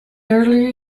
earlier